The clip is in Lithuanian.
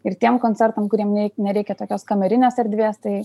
ir tiem koncertam kuriem nereikia tokios kamerinės erdvės tai